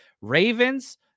Ravens